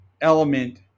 element